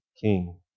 King